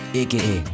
aka